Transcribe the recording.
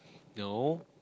no